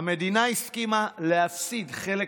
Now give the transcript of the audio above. שהמדינה הסכימה להפסיד חלק